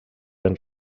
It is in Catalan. ben